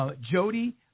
Jody